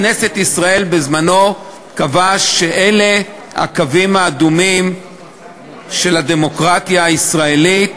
כנסת ישראל בזמנו קבעה שאלה הקווים האדומים של הדמוקרטיה הישראלית,